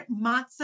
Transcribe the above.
matzah